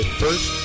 first